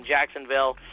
Jacksonville